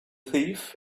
thief